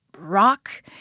rock